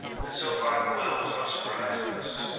and so far the will was no surprise to us.